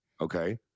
okay